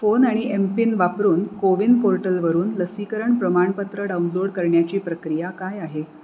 phone आणि M PIN वापरून CoWIN पोर्टलवरून लसीकरण प्रमाणपत्र डाउनलोड करण्याची प्रक्रिया काय आहे